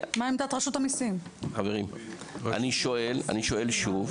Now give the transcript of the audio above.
חברים, אני שואל שוב.